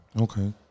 Okay